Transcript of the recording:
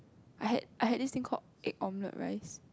I had I had this thing called egg omelette rice